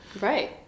right